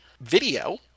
video